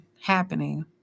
happening